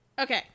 Okay